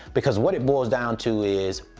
because what it boils down to is,